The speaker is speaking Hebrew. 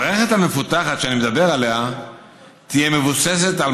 המערכת המפותחת שאני מדבר עליה תהיה מבוססת על